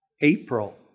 April